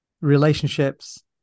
relationships